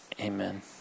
Amen